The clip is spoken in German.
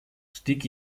stieg